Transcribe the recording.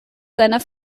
seiner